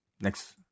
next